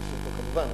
לאנשים פה כמובן,